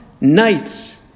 nights